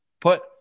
Put